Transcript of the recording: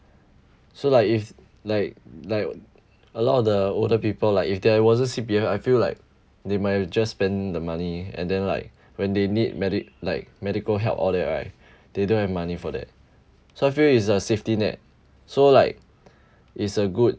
so like if like like a lot of the older people like if there wasn't C_P_F I feel like they might just spend the money and then like when they need medi~ like medical help all that right they don't have money for that so I feel it's a safety net so like it's a good